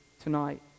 tonight